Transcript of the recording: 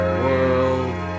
world